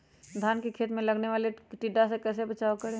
धान के खेत मे लगने वाले टिड्डा से कैसे बचाओ करें?